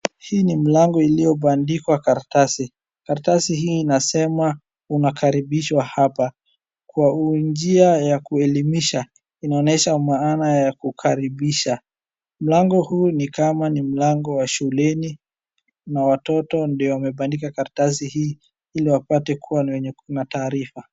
Hii ni mlango iliyobandikwa karatasi. Karatasi hii inasema unakaribishwa hapa kwa njia ya kuelimisha. Inaonyesha maana ya kukaribisha. Mlango huu ni kama ni mlango wa shuleni na watoto ndio wamebandika karatasi hii ili wapate kuwa ni wenye taarifa.